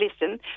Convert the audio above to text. listen